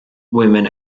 women